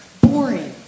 boring